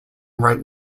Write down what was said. write